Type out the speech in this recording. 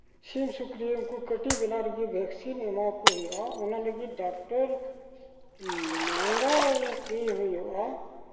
ᱥᱤᱢ ᱥᱩᱠᱨᱤ ᱢᱱᱠᱩ ᱠᱟᱹᱴᱤᱡ ᱵᱟᱞᱟ ᱨᱮᱜᱮ ᱵᱷᱮᱠᱥᱤᱱ ᱮᱢᱟᱣᱟᱠᱚ ᱦᱩᱭᱩᱜᱼᱟ ᱚᱱᱟ ᱞᱟᱹᱜᱤᱫ ᱰᱟᱠᱴᱚᱨ ᱢᱟᱜᱟᱣ ᱤᱭᱟᱹ ᱦᱩᱭᱩᱜᱼᱟ